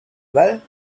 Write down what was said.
well